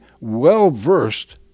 well-versed